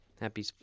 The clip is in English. Happy